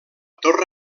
torre